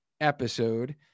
episode